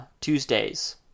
Tuesdays